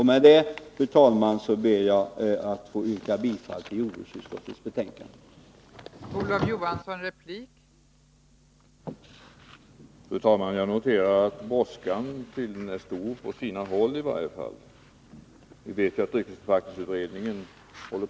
Med detta, fru talman, ber jag att få yrka bifall till jordbruksutskottets hemställan i betänkande 39.